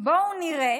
בואו נראה